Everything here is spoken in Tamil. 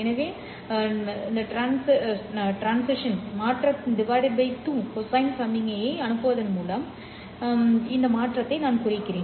எனவே trans 2 மாற்றப்பட்ட கொசைன் சமிக்ஞையை அனுப்புவதன் மூலம் இந்த மாற்றத்தை நான் குறிக்கிறேன்